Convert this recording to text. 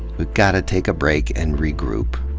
we've got to take a break and regroup,